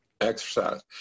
exercise